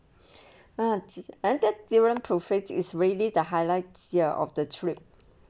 ah entered durian pouffe is ready the highlights ya of the trip